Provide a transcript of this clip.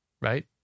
right